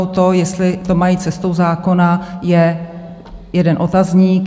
To, jestli to má jít cestou zákona, je jeden otazník.